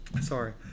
sorry